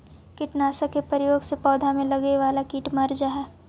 कीटनाशक के प्रयोग से पौधा में लगे वाला कीट मर जा हई